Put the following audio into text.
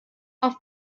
auf